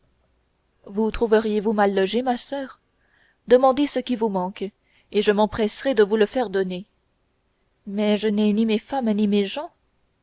vous trouveriez vous mal logée ma soeur demandez ce qui vous manque et je m'empresserai de vous le faire donner mais je n'ai ni mes femmes ni mes gens